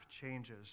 changes